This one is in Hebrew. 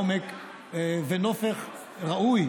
עומק ונופך ראוי